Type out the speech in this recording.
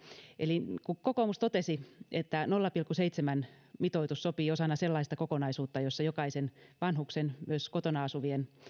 eli kun kokoomus totesi että nolla pilkku seitsemän mitoitus sopii osana sellaista kokonaisuutta jossa jokaisen vanhuksen myös kotona asuvien